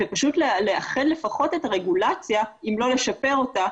ולאחד לפחות את הרגולציה אם לא לשפר אותה,